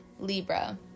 Libra